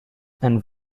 and